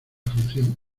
función